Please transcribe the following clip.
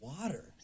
water